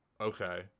okay